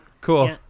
cool